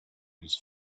his